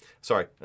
Sorry